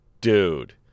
dude